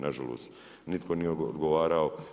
Nažalost, nitko nije odgovarao.